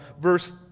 verse